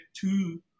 two